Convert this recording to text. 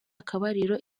akabariro